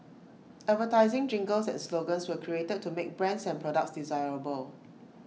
advertising jingles and slogans were created to make brands and products desirable